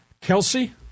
Kelsey